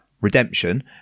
redemption